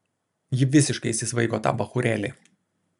ji visiškai įsisvaigo tą bachūrėlį